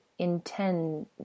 intend